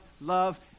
love